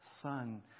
son